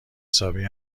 حسابی